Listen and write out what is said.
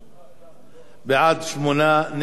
בעד, 8, נגד, נמנעים, אין.